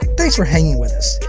thanks for hanging with us.